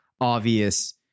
obvious